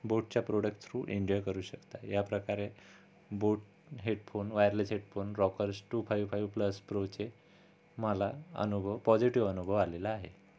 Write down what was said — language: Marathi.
बोटच्या प्रॉडक्ट थ्रू एंजॉय करू शकता या प्रकारे बोट हेडफोन वायरलेस हेडफोन ब्रोकोल्स टू फाईव्ह फाईव्ह प्लस प्रोचे मला अनुभव पॉसिटीव्ह अनुभव आलेला आहे